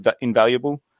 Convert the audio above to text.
invaluable